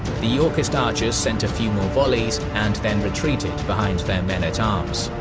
the yorkist archers sent a few more volleys and then retreated behind their man-at-arms.